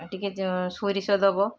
ଆ ଟିକେ ଯେ ସୋରିଷ ଦବ